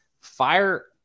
fire